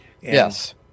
Yes